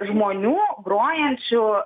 žmonių grojančių